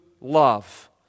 love